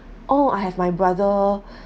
oh I have my brother